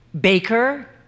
Baker